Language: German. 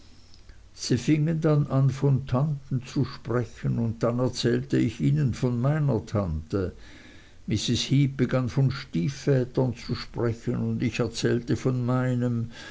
an von tanten zu sprechen und dann erzählte ich ihnen von meiner tante mrs heep begann von stiefvätern zu sprechen und ich erzählte von meinem